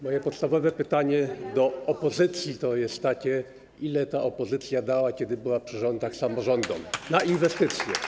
Moje podstawowe pytanie do opozycji jest takie: Ile ta opozycja dała, kiedy była przy władzy, samorządom na inwestycje?